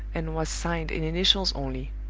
and was signed in initials only.